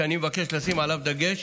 שאני מבקש לשים עליו דגש,